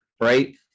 right